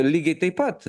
lygiai taip pat